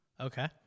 Okay